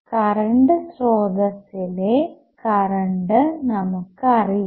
current സ്രോതസ്സിലെ current നമുക്ക് അറിയാം